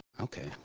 Okay